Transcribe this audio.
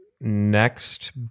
next